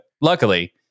luckily